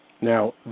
Now